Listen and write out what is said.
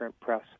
press